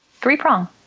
Three-prong